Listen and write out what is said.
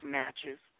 matches